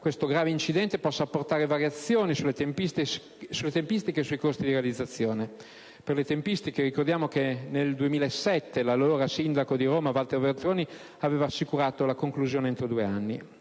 questo grave incidente possa apportare variazioni sulle tempistiche e sui costi di realizzazione. Per le tempistiche, ricordiamo che, nel 2007, l'allora sindaco di Roma, Walter Veltroni, aveva assicurato la conclusione entro due anni.